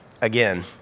again